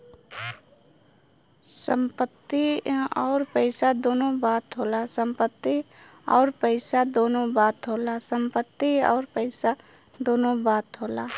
संपत्ति अउर पइसा दुन्नो बात होला